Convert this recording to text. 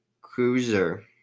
Cruiser